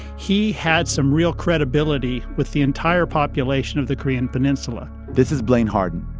he had some real credibility with the entire population of the korean peninsula this is blaine harden.